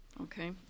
Okay